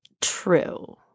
True